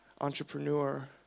entrepreneur